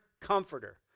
comforter